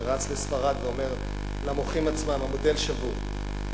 שרץ לספרד ואומר למוחים עצמם: המודל שבור.